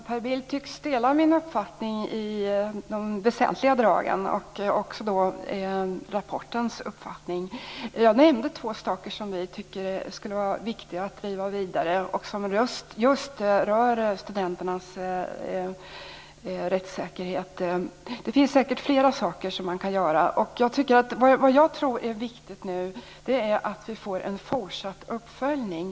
Fru talman! Per Bill tycks dela min, och även rapportens, uppfattning i de väsentliga dragen. Jag nämnde två saker som Vänsterpartiet tycker skulle vara viktiga att driva vidare och som rör just studenternas rättssäkerhet, och det finns säkert fler saker som man kan göra. Jag tror att det är viktigt att vi nu får en fortsatt uppföljning.